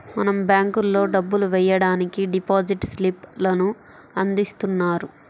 మనం బ్యేంకుల్లో డబ్బులు వెయ్యడానికి డిపాజిట్ స్లిప్ లను అందిస్తున్నారు